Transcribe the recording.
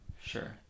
Sure